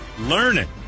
Learning